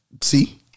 see